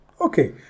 Okay